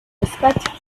respect